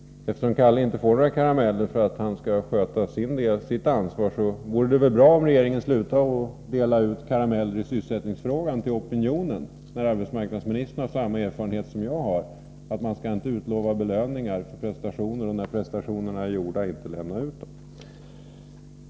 Eftersom Kalle inte får några karameller när han tar sin del av ansvaret, vore det bra om regeringen slutade att dela ut karameller i sysselsättningsfrågan till opinionen. Arbetsmarknadsministern har ju samma erfarenhet som jag, nämligen att man inte skall utlova belöningar för prestationer för att sedan, när prestationerna är utförda, inte dela ut belöningarna.